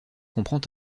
comprend